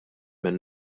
min